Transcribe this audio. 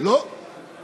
לא תם זמנך?